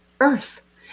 earth